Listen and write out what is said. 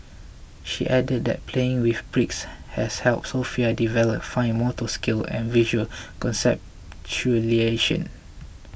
she added that playing with bricks has helped Sofia develop fine motor skills and visual conceptualisation